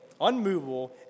unmovable